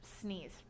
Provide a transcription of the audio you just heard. sneeze